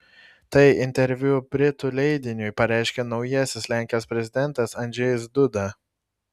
tai interviu britų leidiniui pareiškė naujasis lenkijos prezidentas andžejus duda